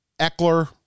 Eckler